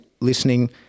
listening